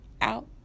out